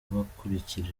bakurikira